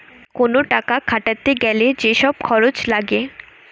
কোন টাকা খাটাতে গ্যালে যে সব খরচ লাগে